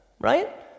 right